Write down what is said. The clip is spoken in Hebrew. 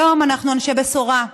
היום אנחנו אנשי בשורה: